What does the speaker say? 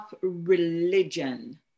religion